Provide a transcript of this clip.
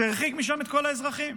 שהרחיק משם את כל האזרחים.